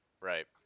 right